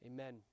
Amen